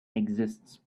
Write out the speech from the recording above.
exists